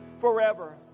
forever